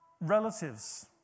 relatives